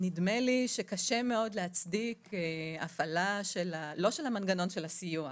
נדמה לי שקשה מאוד להצדיק הפעלה של המנגנון של סעיף 5